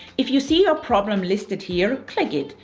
if you see your problem listed here, click it.